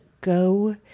go